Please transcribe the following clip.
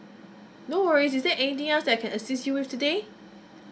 no worries is there anything else I can assist you with today